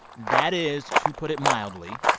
that is, to put it mildly,